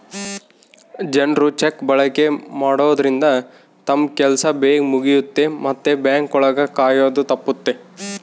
ಜನ್ರು ಚೆಕ್ ಬಳಕೆ ಮಾಡೋದ್ರಿಂದ ತಮ್ ಕೆಲ್ಸ ಬೇಗ್ ಮುಗಿಯುತ್ತೆ ಮತ್ತೆ ಬ್ಯಾಂಕ್ ಒಳಗ ಕಾಯೋದು ತಪ್ಪುತ್ತೆ